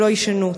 שלא יישנו?